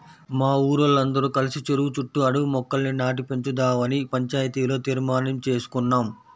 మా ఊరోల్లందరం కలిసి చెరువు చుట్టూ అడవి మొక్కల్ని నాటి పెంచుదావని పంచాయతీలో తీర్మానించేసుకున్నాం